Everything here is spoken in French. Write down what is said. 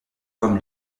comme